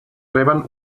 reben